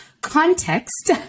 context